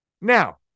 Now